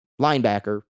linebacker